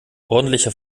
ordentliche